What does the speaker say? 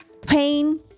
pain